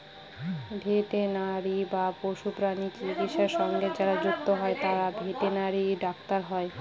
veterinary বা পশুপ্রাণী চিকিৎসা সঙ্গে যারা যুক্ত হয় তারা ভেটেনারি ডাক্তার হয়